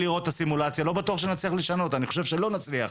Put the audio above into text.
לא בטוח שנצליח לשנות, אני חושב שלא נצליח,